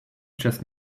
just